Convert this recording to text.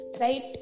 Right